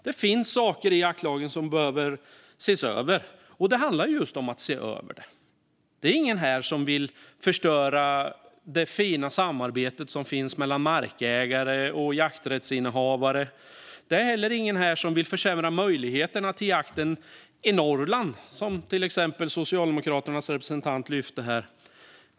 Det finns saker i jaktlagen som behöver ses över - och det handlar just om att se över. Det är ingen här som vill förstöra det fina samarbete som finns mellan markägare och jakträttsinnehavare. Det är heller ingen här som vill försämra möjligheterna till jakt i Norrland, som till exempel Socialdemokraternas representant lyfte fram här.